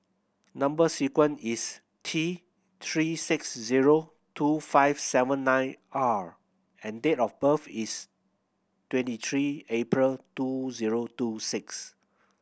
number sequence is T Three six zero two five seven nine R and date of birth is twenty three April twenty zero two six